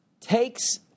takes